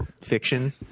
fiction